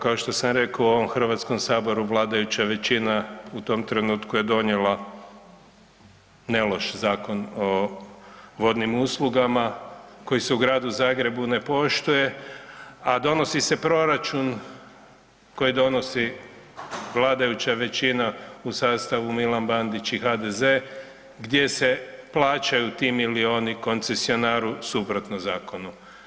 Kao što sam rekao u ovom Hrvatskom saboru vladajuća većina u tom trenutku je donijela ne loš Zakon o vodnim uslugama koji se u Gradu Zagrebu ne poštuje, a donosi se proračun koji donosi vladajuća većina u sastavu Milan Bandić i HDZ-e gdje se plaćaju ti milijuni koncesionaru suprotno zakonu.